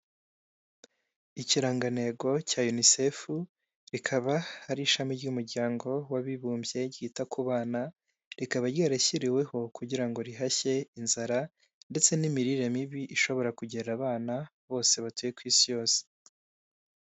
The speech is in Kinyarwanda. Ikirangantego cya Unicef, rikaba ari ishami ry'umuryango w'abibumbye ryita ku bana, rikaba ryarashyiriweho kugira ngo rihashye inzara, ndetse n'imirire mibi ishobora kugera abana bose batuye ku isi yose.